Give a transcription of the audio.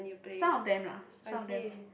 some of them lah some of them